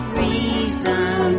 reason